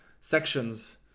sections